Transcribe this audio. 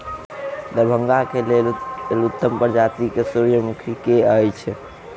दरभंगा केँ लेल उत्तम प्रजाति केँ सूर्यमुखी केँ अछि?